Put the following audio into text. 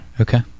Okay